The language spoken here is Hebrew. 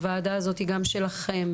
הוועדה הזו גם שלכם,